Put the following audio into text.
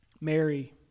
Mary